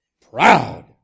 proud